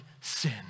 sin